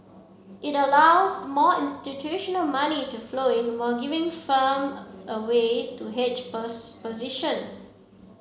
it allows more institutional money to flow in while giving firms a way to hedge positions